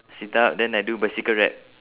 sit-up then I do bicycle rep